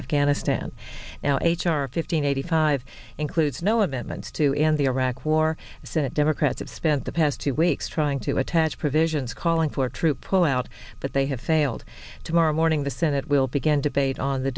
afghanistan now h r fifteen eighty five includes no amendments to end the iraq war the senate democrats have spent the past two weeks trying to attach provisions calling for troop pullout but they have failed tomorrow morning the senate will begin debate on the